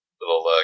little